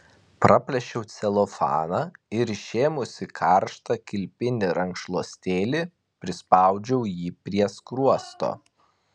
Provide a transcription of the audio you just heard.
praplėšiau celofaną ir išėmusi karštą kilpinį rankšluostėlį prispaudžiau jį prie skruosto